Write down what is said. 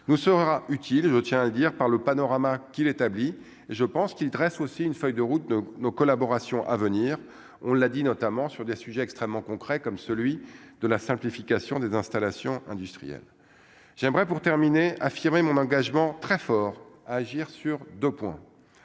nous sera utile, je tiens à dire par le panorama qui l'établit et je pense qu'il dresse aussi une feuille de route de nos collaborations à venir, on l'a dit, notamment sur des sujets extrêmement concrets comme celui de la simplification des installations industrielles, j'aimerais pour terminer affirmé mon engagement très fort à agir sur 2 points